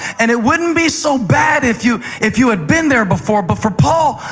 and it wouldn't be so bad if you if you had been there before, but for paul,